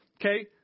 okay